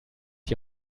die